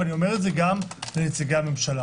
אני אומר את זה גם לנציגי הממשלה.